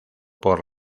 por